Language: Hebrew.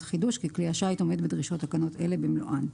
חידוש כי כלי השיט עומד בדרישות תקנות אלה במלואן.